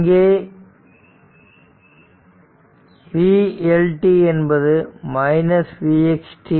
இங்கே என்பது vLt v x t